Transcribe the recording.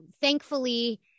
thankfully